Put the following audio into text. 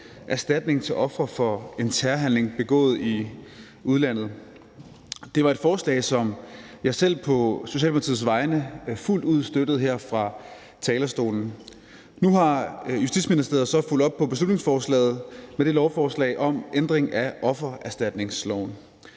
erstatning til ofre for en terrorhandling begået i udlandet. Det var et forslag, som jeg selv på Socialdemokratiets vegne fuldt ud støttede her fra talerstolen. Nu har Justitsministeriet så fulgt op på beslutningsforslaget med lovforslaget om ændring af offererstatningsloven.